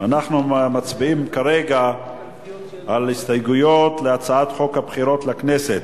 אנחנו מצביעים כרגע על הסתייגויות להצעת חוק הבחירות לכנסת